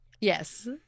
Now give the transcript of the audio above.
Yes